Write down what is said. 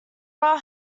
are